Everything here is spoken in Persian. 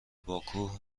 باکو